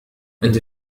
أنت